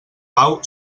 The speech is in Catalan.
pau